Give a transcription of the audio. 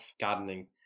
gardening